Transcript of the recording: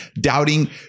doubting